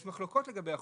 יש מחלוקות לגבי החוק.